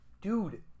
Dude